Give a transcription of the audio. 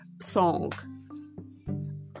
song